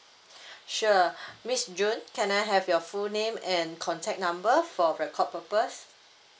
sure miss june can I have your full name and contact number for record purpose